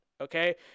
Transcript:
Okay